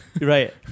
right